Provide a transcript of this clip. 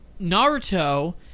Naruto